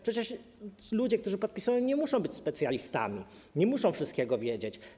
Przecież ludzie, którzy podpisują te umowy, nie muszą być specjalistami, nie muszą wszystkiego wiedzieć.